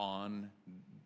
on